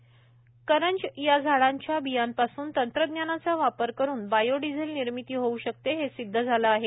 नितीन गडकरी करंज या झाडांच्या बियांपासून तंत्रज्ञानाचा वापर करून बायोडिझेल निर्मिती होऊ शकते हे सिध्द झालं आहे